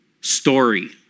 story